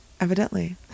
evidently